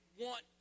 want